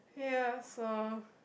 ya so